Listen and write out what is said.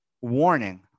Warning